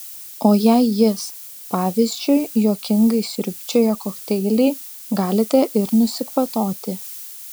o jei jis pavyzdžiui juokingai sriubčioja kokteilį galite ir nusikvatoti